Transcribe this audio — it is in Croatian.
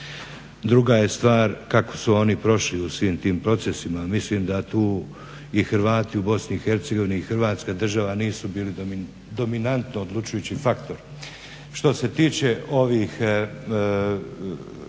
Druga je stvar kako su oni prošli u svim tim procesima. Mislim da tu i Hrvati u BiH i Hrvatska država nisu bili dominantno odlučujući faktor. Što se tiče ovih vaših